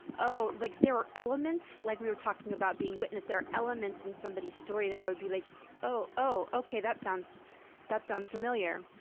oh like, there are elements, like we were talking about being witnessed there are elements in somebody's story that i would be like oh, okay, that sounds that sounds familiar.